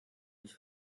sich